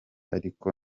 ariko